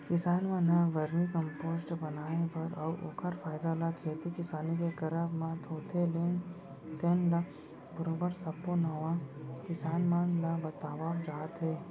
किसान मन ह वरमी कम्पोस्ट बनाए बर अउ ओखर फायदा ल खेती किसानी के करब म होथे तेन ल बरोबर सब्बो नवा किसान मन ल बतावत जात हे